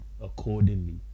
accordingly